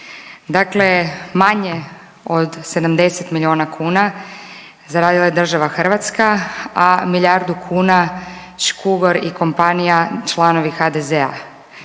dakle manje od 70 milijuna kuna zaradila je država Hrvatska, a milijardu kuna Škugor i kompanija članovi HDZ-a,